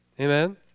Amen